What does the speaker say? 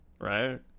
right